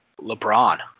LeBron